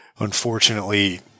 Unfortunately